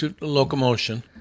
Locomotion